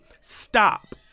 stop